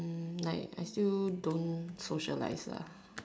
hmm like I still don't socialize lah